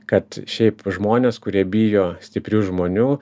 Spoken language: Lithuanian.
kad šiaip žmonės kurie bijo stiprių žmonių